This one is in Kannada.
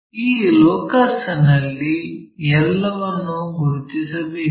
ಆ ಲೊಕಸ್ನಲ್ಲಿ ಎಲ್ಲವನ್ನೂ ಗುರುತಿಸಬೇಕು